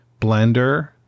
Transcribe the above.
blender